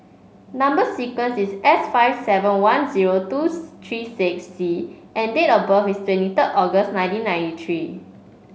number sequence is S five seven one zero two three six C and date of birth is twenty third August nineteen ninety three